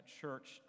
church